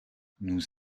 nous